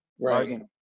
Right